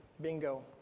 bingo